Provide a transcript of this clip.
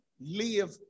live